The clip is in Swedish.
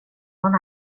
någon